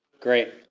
Great